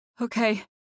Okay